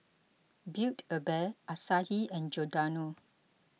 Build a Bear Asahi and Giordano